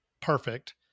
perfect